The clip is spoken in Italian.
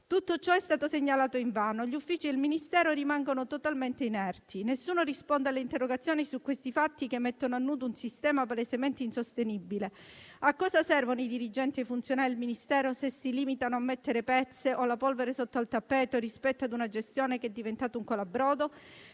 Tutto ciò è stato segnalato invano: gli uffici del Ministero rimangono totalmente inerti; nessuno risponde alle interrogazioni su questi fatti che mettono a nudo un sistema palesemente insostenibile. A cosa servono i dirigenti e i funzionari del Ministero se si limitano a mettere pezze o la polvere sotto al tappeto rispetto ad una gestione che è diventata un colabrodo?